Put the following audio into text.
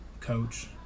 coach